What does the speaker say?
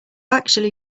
actually